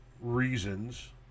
reasons